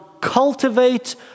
cultivate